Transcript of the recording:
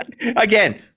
Again